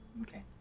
Okay